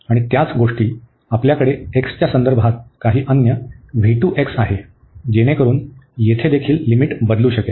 आणि त्याच गोष्टी आपल्याकडे x च्या संदर्भात काही अन्य आहे जेणेकरून येथे देखील लिमिट बदलू शकेल